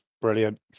brilliant